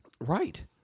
Right